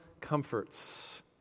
comforts